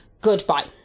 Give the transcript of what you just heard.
Goodbye